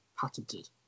patented